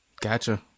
Gotcha